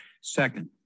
Second